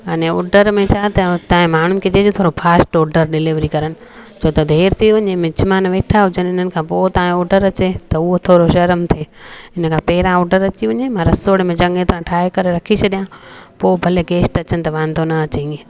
अने ऑडर में छा चया तव्हांजे माण्हुनि खे चइजोसि थोरो फास्ट ऑडर डिलेवरी करनि छो त देरि थी वञे मिज़मान वेठा हुजनि इन्हनि खां पोइ तव्हांजो ऑडर अचे त उहो थोरो शर्म थिए हिन खां पहिरां ऑडर अची वञे मां रसोणे में जॻह था ठाहे करे रखी छॾिया पोइ भले गैस्ट अचनि त वांदो न अचे इअं